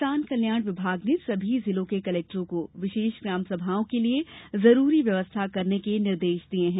किसान कल्याण विभाग ने समी जिलों के कलेक्टरों को विशेष ग्राम सभाओं के लिए जरूरी व्यवस्था करने के निर्देश दिये हैं